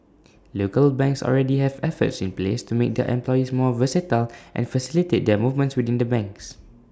local banks already have efforts in place to make their employees more versatile and facilitate their movements within the banks